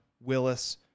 Willis